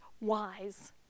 wise